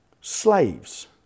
Slaves